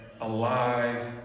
alive